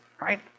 Right